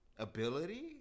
Ability